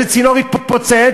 ואיזה צינור יתפוצץ,